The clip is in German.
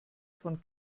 von